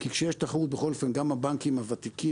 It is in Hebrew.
כי כשיש תחרות גם הבנקים הוותיקים